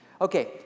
Okay